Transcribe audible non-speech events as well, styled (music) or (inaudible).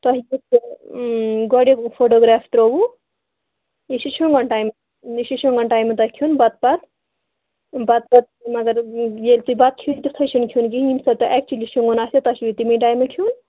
تۅہہِ (unintelligible) گۄڈنیُک فوٹوٗگرٛاف ترٛووٕ یہِ چھُ شۄنٛگن ٹایِم یہِ چھُ شۄنگن ٹایمہٕ تۅہہِ کھٮ۪ون بتہٕ پتہٕ بتہٕ پتہٕ مگر ییٚلہِ تُہۍ بتہٕ کھیٚیِو تِتھُے چھُنہٕ کھٮ۪ون کِہیٖنٛۍ ییٚمہِ ساتہٕ تُہۍ اٮ۪کچُؤلی شۄنٛگُن آسوٕ تۅہہِ چھُو یہِ تَمی ساتہٕ کھٮ۪ون